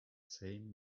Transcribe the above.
same